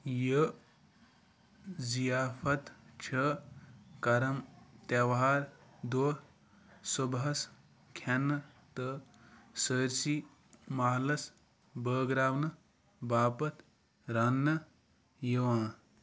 یہِ ضِیافت چھےٚ کَرَن تہوار دۄہ صُبحَس كھٮ۪نہٕ تہٕ سٲرۍسٕے محلس بٲگراونہٕ باپتھ رنٛنہٕ یِوان